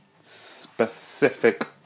specific